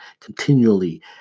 continually